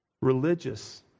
Religious